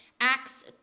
Acts